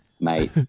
mate